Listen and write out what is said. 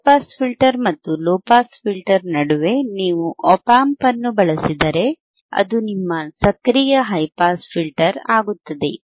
high pass filter ಮತ್ತು low pass filter ನಡುವೆ ನೀವು ಆಪ್ ಆಂಪ್ ಅನ್ನು ಬಳಸಿದರೆ ಅದು ನಿಮ್ಮ ಸಕ್ರಿಯ ಹೈ ಪಾಸ್ ಫಿಲ್ಟರ್ ಆಗುತ್ತದೆ